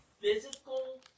physical